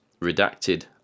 redacted